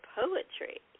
poetry